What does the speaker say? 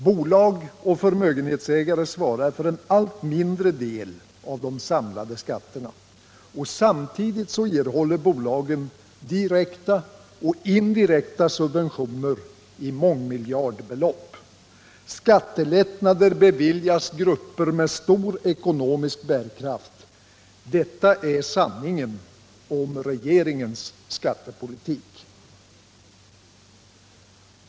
Bolag och förmögenhetsägare svarar för en allt mindre del av de samlade skatterna. Samtidigt erhåller bolagen direkta och indirekta subventioner i mångmiljardbelopp. Skattelättnader beviljas grupper med stor ekonomisk bärkraft. Detta är sanningen om regeringens skattepolitik.